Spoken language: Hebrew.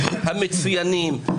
המצוינים,